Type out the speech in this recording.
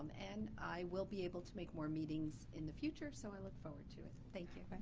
and i will be able to make more meetings in the future so i look forward to it. thank you. but